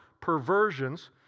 perversions